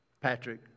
Patrick